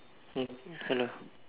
hmm hello